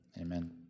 amen